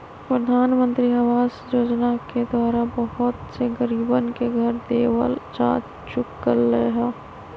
प्रधानमंत्री आवास योजना के द्वारा बहुत से गरीबन के घर देवल जा चुक लय है